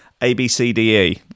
ABCDE